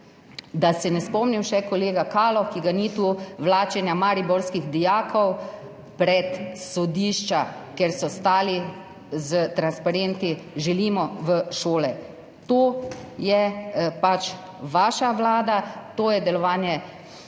Da ne spomnim še, kolega Kaloh, ki ga ni tu, na vlačenje mariborskih dijakov pred sodišča, ker so stali s transparenti [z napisom] Želimo v šole. To je pač vaša vlada, to je delovanje stranke